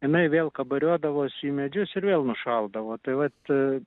jinai vėl kabariodavosi į medžius ir vėl nušaldavo tai vat